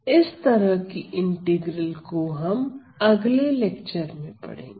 इस तरह की इंटीग्रल को हम अगले लेक्चर में पढ़ेंगे